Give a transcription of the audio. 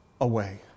away